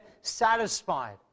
satisfied